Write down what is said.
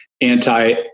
anti